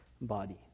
body